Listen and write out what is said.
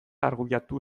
argudiatu